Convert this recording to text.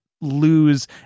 lose